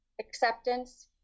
acceptance